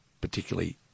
particularly